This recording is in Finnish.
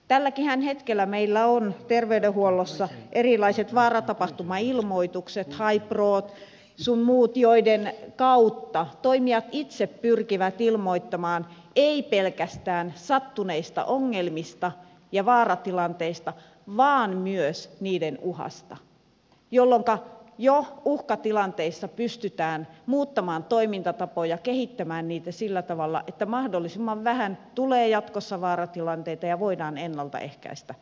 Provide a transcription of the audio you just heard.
tälläkin hetkellähän meillä on terveydenhuollossa erilaisia vaaratapahtumailmoituksia haiprot sun muut joiden kautta toimijat itse pyrkivät ilmoittamaan ei pelkästään sattuneista ongelmista ja vaaratilanteista vaan myös niiden uhasta jolloinka jo uhkatilanteissa pystytään muuttamaan toimintatapoja kehittämään niitä sillä tavalla että mahdollisimman vähän tulee jatkossa vaaratilanteita ja voidaan ennalta ehkäistä potilasvahinkoja